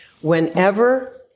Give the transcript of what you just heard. Whenever